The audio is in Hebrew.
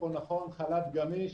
עלינו.